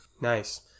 Nice